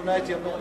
קונה את ימיה.